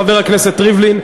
חבר הכנסת ריבלין,